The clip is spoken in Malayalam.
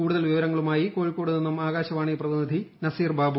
കൂടുതൽ വിവരങ്ങളുമായി കോഴിക്കോട് നിന്നും ആകാശവാണി പ്രതിനിധി നസീർ ബാബു